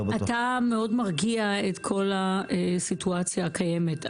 אתה מרגיע מאוד את כל הסיטואציה הקיימת.